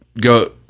go